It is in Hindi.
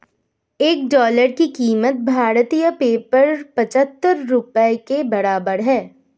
एक डॉलर की कीमत भारतीय पेपर पचहत्तर रुपए के बराबर है